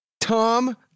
Tom